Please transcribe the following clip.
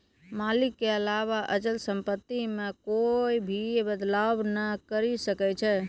मालिक के अलावा अचल सम्पत्ति मे कोए भी बदलाव नै करी सकै छै